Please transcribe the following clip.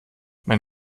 mein